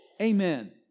Amen